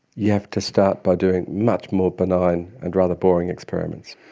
you have to start by doing much more benign and rather boring experiments.